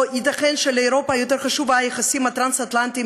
או ייתכן שלאירופה יותר חשובים היחסים הטרנס-אטלנטיים